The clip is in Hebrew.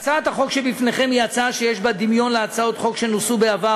הצעת החוק שלפניכם היא הצעה שיש בה דמיון להצעות חוק שנוסו בעבר,